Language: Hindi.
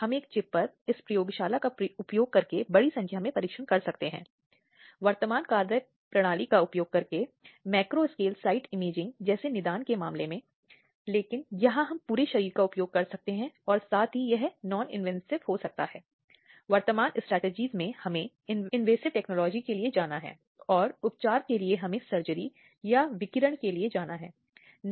हमारे पास अरुणा स्कोनबर्ग मामले का संदर्भ हो सकता है जो शायद आप में से कई ने समाचार पत्रों में पढ़ा होगा जहां अदालत में एक याचिका दायर की गई थी ताकि उसे मरने की अनुमति दी जा सके क्योंकि घटना के 37 या 35 साल पहले विचाराधीन याचिका में उसके साथ बलात्कार हुआ था